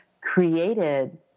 created